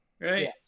right